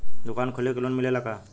दुकान खोले के लोन मिलेला का?